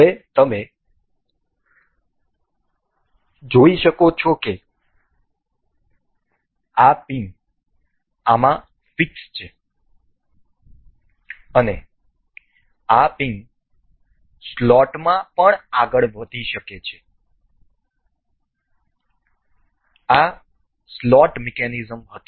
હવે તમે જોઈ શકો છો કે આ પિન આમાં ફિક્સ છે અને આ પિન સ્લોટમાં આગળ પણ ખસી શકે છે આ સ્લોટ મિકેનિઝમ હતી